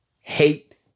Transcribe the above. hate